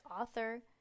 author